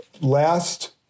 last